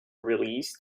release